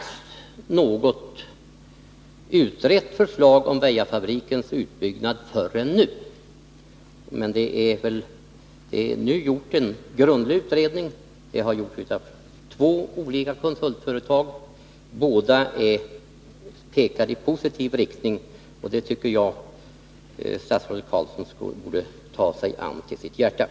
Mina frågor till försvarsministern: Anser försvarsministern att tillsyn, bevakning och tillgänglighet vid våra militära förråd i nuläget uppfyller de krav som bör ställas för att förhindra inbrott i våra militära vapenförråd? Om inte, vad kan ytterligare göras för att förhindra tillgrepp från våra militära vapenförråd?